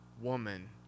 Woman